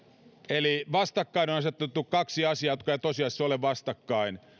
eli vastakkain on asetettu kaksi asiaa jotka eivät tosiasiassa ole vastakkain